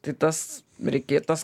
tai tas reikėjo tas